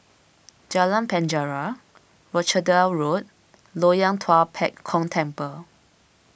Jalan Penjara Rochdale Road Loyang Tua Pek Kong Temple